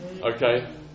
Okay